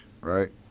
Right